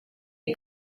les